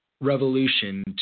revolution